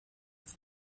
with